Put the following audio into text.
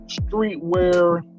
streetwear